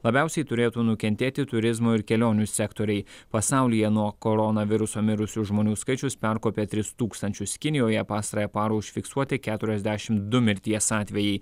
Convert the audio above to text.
labiausiai turėtų nukentėti turizmo ir kelionių sektoriai pasaulyje nuo koronaviruso mirusių žmonių skaičius perkopė tris tūkstančius kinijoje pastarąją parą užfiksuoti keturiasdešim du mirties atvejai